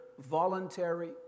voluntary